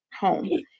home